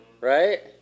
right